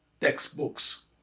textbooks